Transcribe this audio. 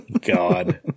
God